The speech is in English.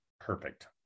Perfect